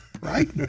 right